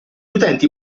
utenti